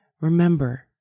Remember